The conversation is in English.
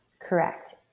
Correct